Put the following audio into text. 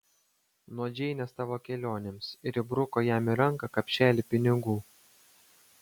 nuo džeinės tavo kelionėms ir įbruko jam į ranką kapšelį pinigų